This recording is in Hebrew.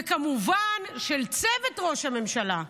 וכמובן של צוות ראש הממשלה,